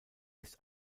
ist